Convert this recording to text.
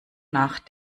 nach